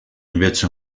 invece